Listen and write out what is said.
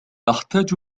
أحتاج